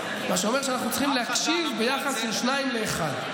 מה שאומר שאנחנו צריכים להקשיב ביחס של 2 ל-1.